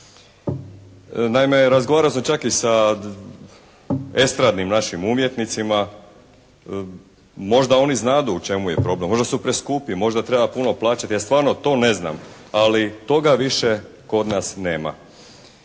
Naime razgovarao sam čak i sa estradnim našim umjetnicima. Možda oni znadu u čemu je problem. Možda su preskupi. Možda treba puno plaćati, ja stvarno to ne znam. Ali toga više kod nas nema.